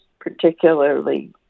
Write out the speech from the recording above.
particularly